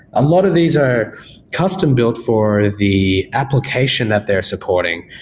a lot of these are custom-built for the application that they're supporting,